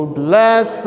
bless